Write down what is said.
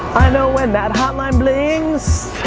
i know when that hot line blings